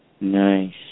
Nice